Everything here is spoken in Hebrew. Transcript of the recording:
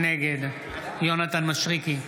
נגד יונתן מישרקי,